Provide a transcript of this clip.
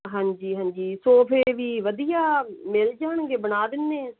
ਹਾਂਜੀ ਹਾਂਜੀ ਸੋਫੇ ਵੀ ਵਧੀਆ ਮਿਲ ਜਾਣਗੇ ਬਣਾ ਦਿੰਦੇ ਹੋ